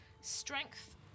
Strength